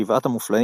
"שבעת המופלאים",